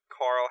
Carl